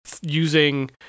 using